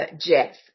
Jeff